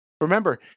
Remember